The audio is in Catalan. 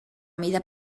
mida